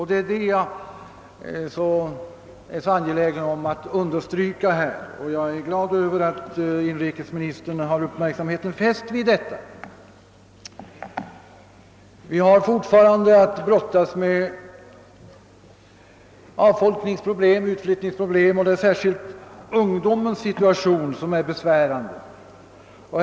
Det är detta jag är så angelägen att understryka, och jag är glad över ait inrikesministern tycks vara av samma mening. Vi brottas inom norra stödområdet fortfarande med avfolkningsoch utflyttningsproblem, och särskilt ungdomens situation är besvärande.